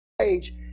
age